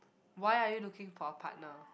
why are you looking for a partner